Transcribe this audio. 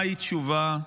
מהי תשובה?